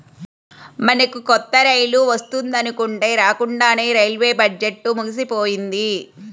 మనకు కొత్త రైలు వస్తుందనుకుంటే రాకండానే రైల్వే బడ్జెట్టు ముగిసిపోయింది